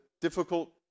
difficult